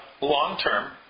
long-term